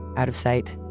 out of sight,